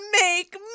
make